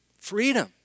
Freedom